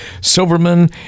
Silverman